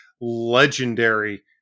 legendary